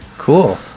cool